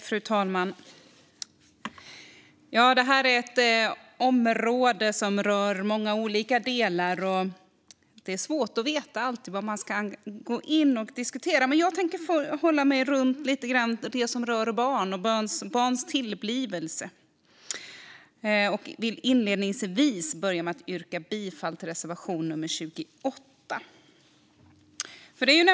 Fru talman! Det här är ett område som rör många olika delar, och det är svårt att veta vad man ska gå in och diskutera. Jag tänkte hålla mig runt det som rör barn och barns tillblivelse och vill inledningsvis yrka bifall till reservation 28.